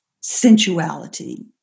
sensuality